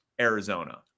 Arizona